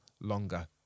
longer